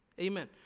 Amen